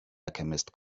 alchemist